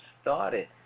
started